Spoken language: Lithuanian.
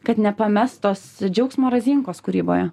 kad nepamest tos džiaugsmo razinkos kūryboje